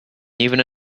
even